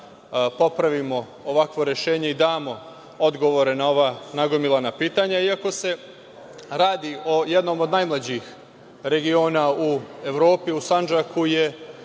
popravimo ovakvo rešenje i damo odgovore na ova nagomilana pitanja. Iako se radi o jednom od najmlađih regiona u Evropi, u Sandžaku